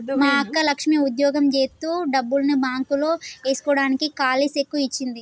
మా అక్క లక్ష్మి ఉద్యోగం జేత్తు డబ్బుల్ని బాంక్ లో ఏస్కోడానికి కాలీ సెక్కు ఇచ్చింది